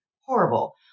horrible